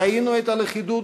ראינו את הלכידות